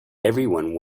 everyone